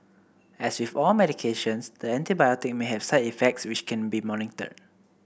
as with all medications the antibiotic may have side effects which can be monitored